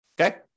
Okay